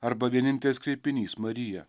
arba vienintelis kreipinys marija